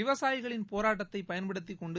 விவசாயிகளின் போராட்டத்தை பயன்படுத்திக் கொண்டு